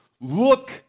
look